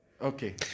Okay